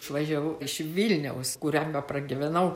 išvažiavau iš vilniaus kuriame pragyvenau